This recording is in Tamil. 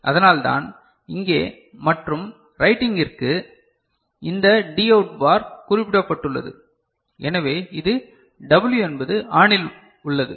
அதனால்தான் இங்கே மற்றும் ரைட்டிங்கிற்கு இந்த Dஅவுட் பார் குறிப்பிடப்பட்டுள்ளது எனவே இது w என்பது ஆனில் உள்ளது